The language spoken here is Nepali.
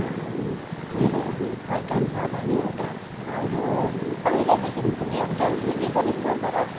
उनीहरू फर्कन्छ भने एउटा यो पहिलेदेखिको नै अब जनश्रुति पनि छ तर